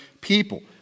people